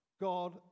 God